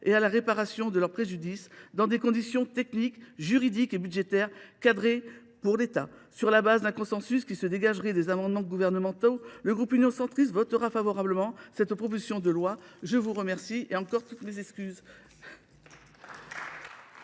et à la réparation de leur préjudice, dans des conditions techniques, juridiques et budgétaires cadrées pour l’État. Sur la base d’un consensus qui se dégagerait des amendements gouvernementaux, le groupe Union Centriste votera cette proposition de loi. La parole est à M. Robert Wienie Xowie.